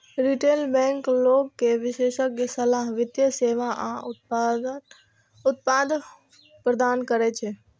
retail bank लोग कें विशेषज्ञ सलाह, वित्तीय सेवा आ उत्पाद प्रदान करै छै